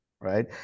right